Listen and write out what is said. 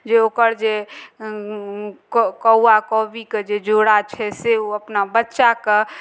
जे ओकर जे कौआ कौइके जे जोड़ा छै से ओ अपना बच्चाके ओ